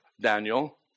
Daniel